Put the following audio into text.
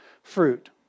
Fruit